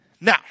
Now